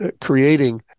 creating